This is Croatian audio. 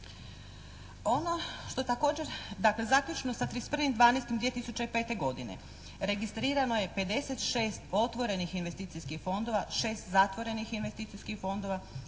Ono što također, dakle zaključno sa 31.12.2005. godine registrirano je 56 otvorenih investicijskih fondova, 6 zatvorenih investicijskih fondova,